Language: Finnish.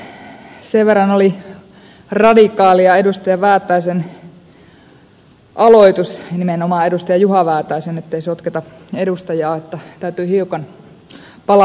sen verran oli radikaalia edustaja väätäisen aloitus nimenomaan edustaja juha väätäisen ettei sotketa edustajaa että täytyy hiukan palata asiaan